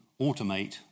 automate